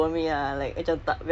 ya